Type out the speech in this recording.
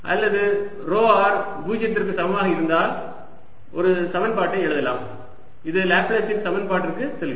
அல்லது ρr 0 க்கு சமமாக இருந்தால் ஒரு சமன்பாட்டை எழுதலாம் இது லாப்லேஸின் சமன்பாட்டிற்கு செல்கிறது